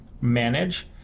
manage